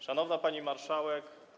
Szanowna Pani Marszałek!